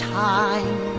time